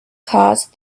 caused